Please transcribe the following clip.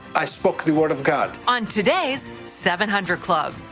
i spoke the word of god. on today's seven hundred club.